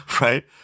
right